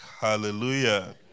Hallelujah